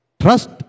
Trust